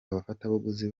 abafatabuguzi